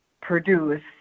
produce